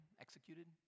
executed